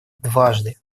дважды